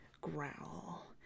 growl